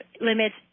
limits